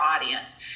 audience